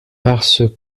parce